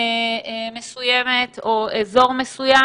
מסוימת או אזור מסוים.